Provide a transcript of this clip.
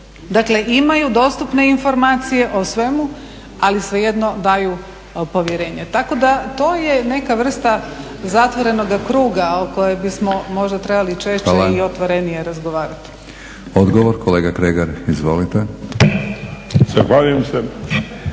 Dakle imaju dostupne informacije o svemu ali svejedno daju povjerenje. Tako da to je neka vrsta zatvorenoga kruga o kojem bismo možda trebali češće i otvorenije razgovarati. **Batinić, Milorad (HNS)** Odgovor kolega